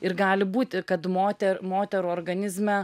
ir gali būti kad moter moterų organizme